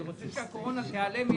אני רוצה שהקורונה תעלם.